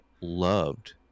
loved